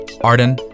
Arden